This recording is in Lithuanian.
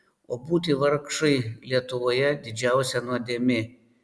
o būti vargšui lietuvoje didžiausia nuodėmė